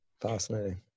fascinating